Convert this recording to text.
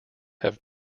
have